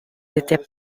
étaient